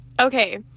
Okay